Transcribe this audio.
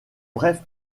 bref